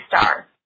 Star